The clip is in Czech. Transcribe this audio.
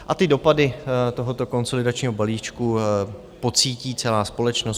A dopady tohoto konsolidačního balíčku pocítí celá společnost.